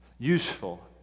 Useful